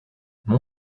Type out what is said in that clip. mon